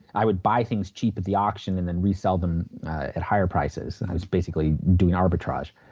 i would buy things cheap at the auction and then resell them at higher prices and was basically doing arbitrage.